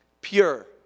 pure